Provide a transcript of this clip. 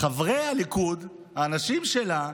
חברי הליכוד, האנשים שלה,